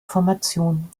formation